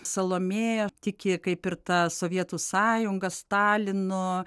salomėja tiki kaip ir ta sovietų sąjunga stalinu